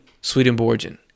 Swedenborgian